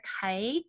hike